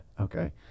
Okay